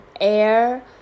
air